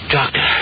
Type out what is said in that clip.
Doctor